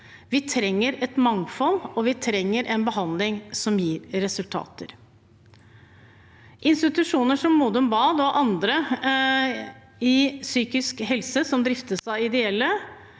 Vi trenger et mangfold, og vi trenger en behandling som gir resultater. Institusjoner som Modum Bad og andre innen psykisk helse som driftes av ideelle,